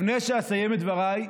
לפני שאסיים את דבריי,